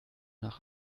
nach